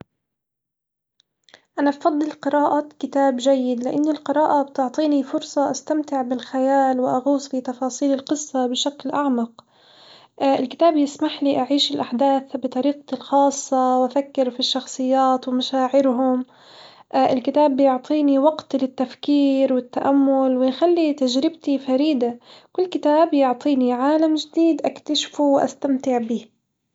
أنا بفضل قراءة كتاب جيد لإن القراءة بتعطيني فرصة أستمتع بالخيال وأغوص في تفاصيل القصة بشكل أعمق، الكتاب يسمح لي أعيش الأحداث بطريقتي الخاصة وافكر في الشخصيات ومشاعرهم، الكتاب بيعطيني وقت للتفكير والتأمل ويخلي تجربتي فريدة، كل كتاب يعطيني عالم جديد أكتشفه واستمتع بيه.